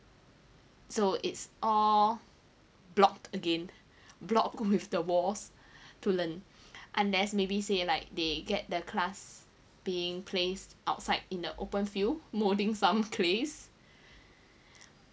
so it's all blocked again blocked with the walls to learn unless maybe say like they get their class being placed outside in the open field molding some clays